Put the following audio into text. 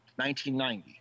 1990